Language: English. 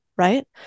Right